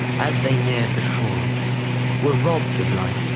as they neared the shore were robbed of light